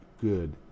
good